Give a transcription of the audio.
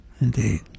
Indeed